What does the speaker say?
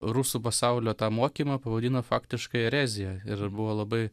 rusų pasaulio tą mokymą pavadino faktiškai erezija ir buvo labai